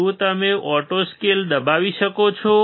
શું તમે auto scale દબાવી શકો છો